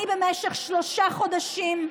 במשך שלושה חודשים,